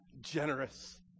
generous